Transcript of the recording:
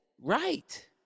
Right